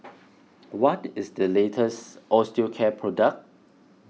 what is the latest Osteocare product